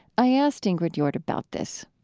i asked ingrid jordt about this